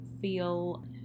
feel